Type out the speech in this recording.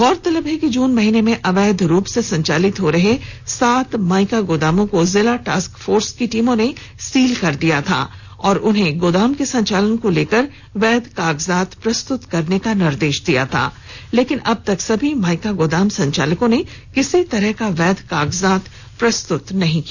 गौरतलब है कि जून महीने में अवैध रूप से संचालित हो रहे सात माइका गोदामों को जिला टास्क फोर्स की टीमें ने सील कर दिया था और उन्हें गोदाम के संचालन को लेकर वैध कागजात प्रस्तुत करने का निर्देश दिया था लेकिन अब तक सभी माइका गोदाम संचालकों ने किसी तरह का वैध कागजात प्रस्तुत नहीं किया